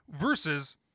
versus